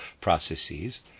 processes